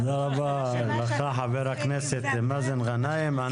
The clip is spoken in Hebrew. תודה רבה לך ח"כ מאזן גנאים.